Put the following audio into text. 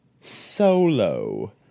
solo